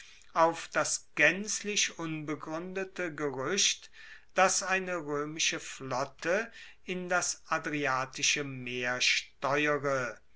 auf das gaenzlich unbegruendete geruecht dass eine roemische flotte in das adriatische meer steuere